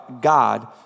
God